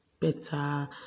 better